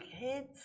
kids